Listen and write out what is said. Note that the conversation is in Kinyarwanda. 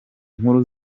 nkuru